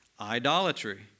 idolatry